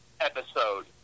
episode